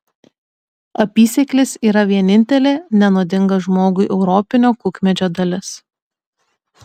apysėklis yra vienintelė nenuodinga žmogui europinio kukmedžio dalis